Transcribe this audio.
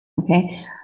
Okay